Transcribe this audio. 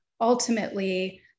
ultimately